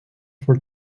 for